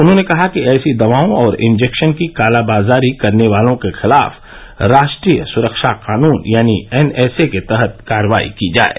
उन्होंने कहा कि ऐसी दवाओं और इंजेक्शन की कालाबाजारी करने वालों के खिलाफ राष्ट्रीय सुरक्षा कानून यानी एनएसए के तहत कार्रवाई की जाये